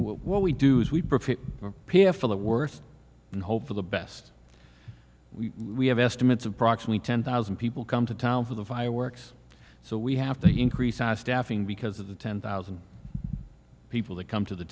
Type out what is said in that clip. what we do is we are here for the worst and hope for the best we have estimates approximately ten thousand people come to town for the fireworks so we have to increase our staffing because of the ten thousand people that come to the